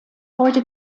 heute